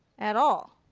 at all.